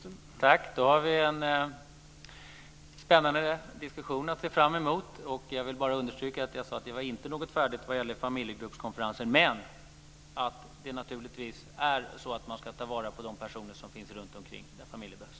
Herr talman! Då har vi en spännande diskussion att se fram emot. Jag vill bara understryka att jag sade att det inte finns några färdiga förslag vad gäller familjegruppskonferenser. Men naturligtvis ska man ta vara på de personer som finns runtomkring där familjer behövs.